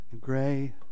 Gray